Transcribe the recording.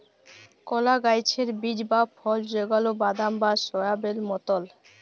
কলা গাহাচের বীজ বা ফল যেগলা বাদাম বা সয়াবেল মতল